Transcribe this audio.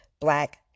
black